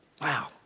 Wow